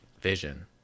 vision